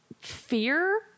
fear